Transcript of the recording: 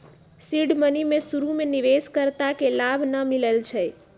seed money में शुरु में निवेश कर्ता के लाभ न मिलै छइ